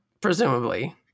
Presumably